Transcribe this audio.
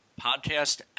podcast